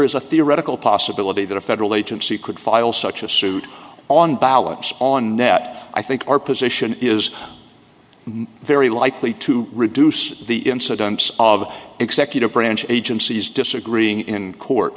is a theoretical possibility that a federal agency could file such a suit on ballots on net i think our position is very likely to reduce the incidence of executive branch agencies disagreeing in court